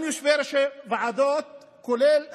גם יושבי-ראש ועדות, כולל היום,